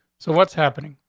so what's happening?